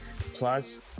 plus